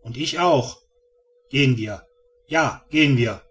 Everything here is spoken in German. und ich auch gehen wir ja gehen wir